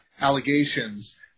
allegations